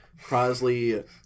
Crosley